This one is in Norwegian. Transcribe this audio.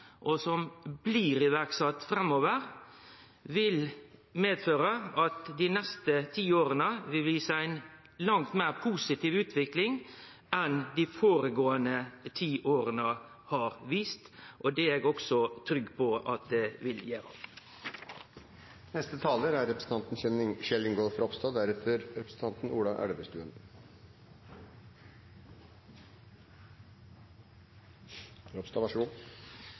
og som blir sette i verk framover, vil føre med seg at vi dei neste ti åra vil sjå ei langt meir positiv utvikling enn dei føregåande ti åra har vist. Det er eg òg trygg på at vi vil